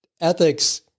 ethics